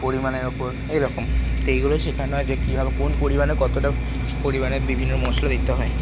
পরিমাণের ওপর এইরকম তো এইগুলো শেখানো হয় যে কিভাবে কোন পরিমাণে কতটা পরিমাণে বিভিন্ন মশলা দিতে হয়